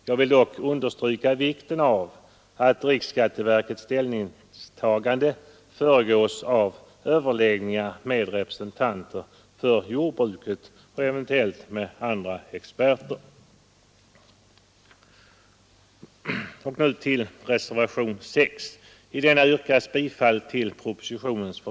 Jag vill dock understryka vikten av att riksskatteverkets ställningstagande föregås av överläggningar med representanter för jordbruket och eventuellt med andra experter.